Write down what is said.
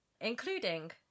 including